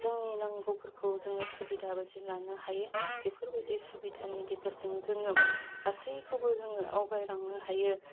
जोंनि नांगौफोरखौ जोङो सुबिदा बायदि लानो हायो बेफोरबायदि सुबिधानि गेजेरजों जोङो गासैखौबो जोङो आवगायलांनो हायो